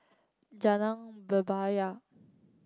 Jalan Bebaya